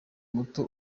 muto